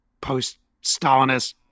post-Stalinist